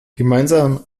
gemeinsam